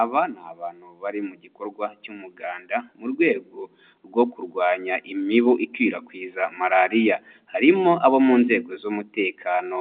Aba ni abantu bari mu gikorwa cy'umuganda mu rwego rwo kurwanya imibu ikwirakwiza Malariya, harimo abo mu nzego z'umutekano